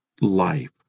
life